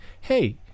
hey